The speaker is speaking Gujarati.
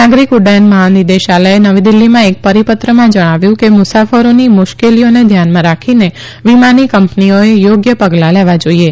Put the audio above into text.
નાગરીક ઉડૃયન મહાનિદેશાલયે નવી દિલ્હીમાં એક પરીપત્રમાં જણાવ્યું કે મુસાફરોની મુશ્કેલીઓને ધ્યાનમાં રાખીને વિમાની કંપનીઓએ થોગ્ય પગલા લેવા જોઇએ